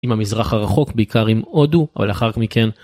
עם המזרח הרחוק בעיקר עם הודו אבל לאחר מכן.